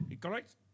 correct